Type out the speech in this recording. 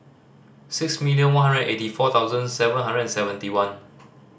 six million one hundred eighty four thousand seven hundred and seventy one